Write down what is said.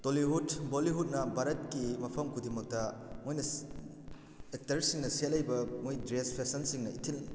ꯇꯣꯜꯂꯤꯌꯨꯗ ꯕꯣꯂꯤꯌꯨꯗꯅ ꯚꯥꯔꯠꯀꯤ ꯃꯐꯝ ꯈꯨꯗꯤꯡꯃꯛꯇ ꯃꯣꯏꯅ ꯑꯦꯛꯇꯔꯁꯤꯡꯅ ꯁꯦꯠꯂꯛꯂꯤꯕ ꯃꯣꯏ ꯗ꯭ꯔꯦꯁ ꯐꯦꯁꯟꯁꯤꯡꯅ ꯏꯊꯤꯟ